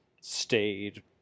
stayed